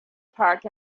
park